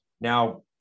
Now